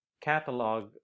catalog